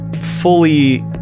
fully